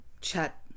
chat